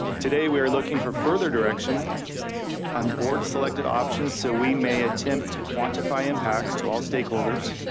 today we are looking for further direction on board selected options, so we may attempt to quantify impacts to all stakeholders,